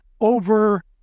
over